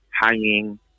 hanging